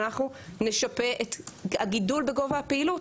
אנחנו נשפה את הגידול בגובה הפעילות.